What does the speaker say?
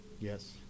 Yes